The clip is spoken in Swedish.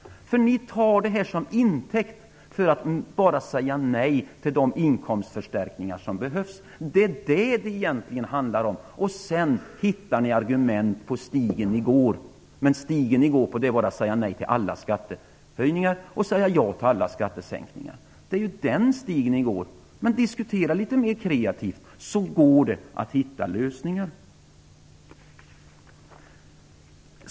Ni säger bara nej till de inkomstförstärkningar som behövs. Det är det som det egentligen handlar om. Sedan hittar ni argument längs den stig som ni följer, som är att bara säga nej till alla skattehöjningar och ja till alla skattesänkningar. Diskutera litet mer kreativt, så går det att hitta lösningar!